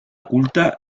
culta